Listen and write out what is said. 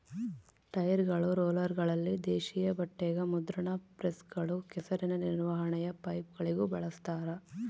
ಟೈರ್ಗಳು ರೋಲರ್ಗಳಲ್ಲಿ ದೇಶೀಯ ಬಟ್ಟೆಗ ಮುದ್ರಣ ಪ್ರೆಸ್ಗಳು ಕೆಸರಿನ ನಿರ್ವಹಣೆಯ ಪೈಪ್ಗಳಿಗೂ ಬಳಸ್ತಾರ